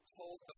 told